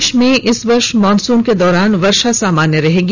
देश में इस वर्ष मानसून के दौरान वर्षा सामान्य रहेगी